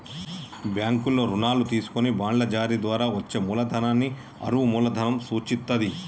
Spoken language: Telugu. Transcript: బ్యాంకుల్లో రుణాలు తీసుకొని బాండ్ల జారీ ద్వారా వచ్చే మూలధనాన్ని అరువు మూలధనం సూచిత్తది